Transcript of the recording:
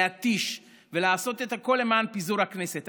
להתיש ולעשות את הכול למען פיזור הכנסת,